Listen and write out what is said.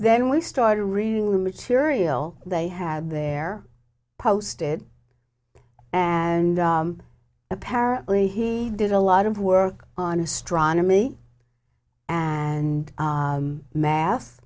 then we started reading the material they had there posted and apparently he did a lot of work on astronomy and math